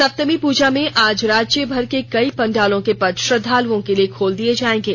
सप्तमी पूजा में आज राज्यभर के कई पंडालों के पट श्रद्धालुओं के लिए खोल दिये जाएंगे